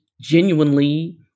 genuinely